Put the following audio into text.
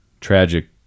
tragic